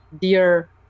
dear